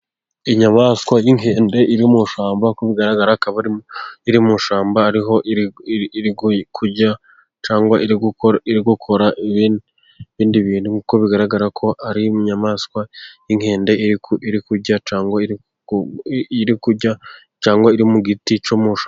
Inyamaswa y'inkende iri mu ishyamba, kubigaragara akaba iri mu ishyamba ariho kurya cyangwa iri gukora ibindi bintu, nkuko bigaragara ko ari inyamaswa y' inkende iri iri kurya cyangwa iri mu giti cyo mu ishyamba.